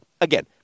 again